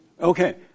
Okay